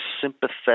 sympathetic